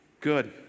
Good